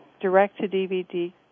direct-to-DVD